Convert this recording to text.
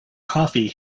coffee